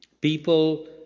People